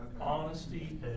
honesty